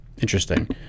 Interesting